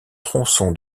tronçon